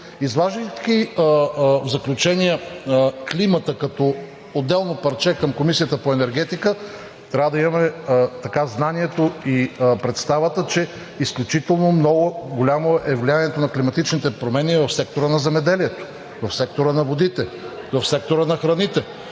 Изваждайки климата като отделно парче към Комисията по енергетика, трябва да имаме знанието и представата, че изключително голямо е влиянието на климатичните промени в сектора на земеделието, в сектора на водите, в сектора на храните.